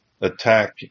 attack